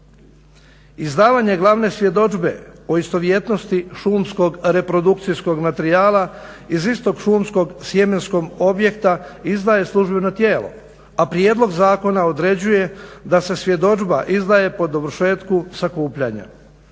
Izdavanje glavne svjedodžbe o istovjetnosti šumskog reprodukcijskog materijala iz istog šumskog sjemenskog objekata izdaje službeno tijelo, a prijedlog zakona određuje da se svjedodžba izdaje po dovršetku sakupljanja.